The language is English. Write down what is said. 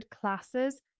classes